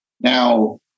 Now